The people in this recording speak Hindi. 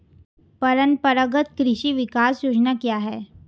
परंपरागत कृषि विकास योजना क्या है?